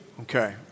Okay